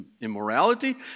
immorality